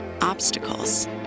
obstacles